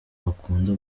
bakunda